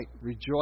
rejoice